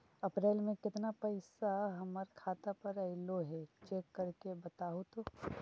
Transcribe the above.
अप्रैल में केतना पैसा हमर खाता पर अएलो है चेक कर के बताहू तो?